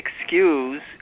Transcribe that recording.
excuse